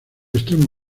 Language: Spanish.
extremo